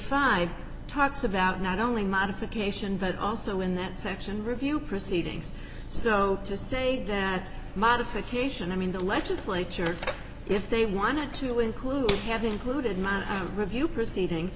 five talks about not only modification but also in that section review proceedings so to say that modification i mean the legislature if they wanted to include have included my review proceedings